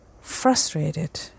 frustrated